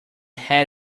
had